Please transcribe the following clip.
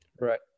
right